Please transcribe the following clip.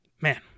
Man